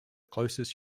closest